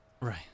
right